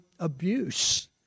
abuse